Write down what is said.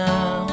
Now